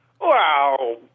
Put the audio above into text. Wow